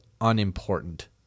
unimportant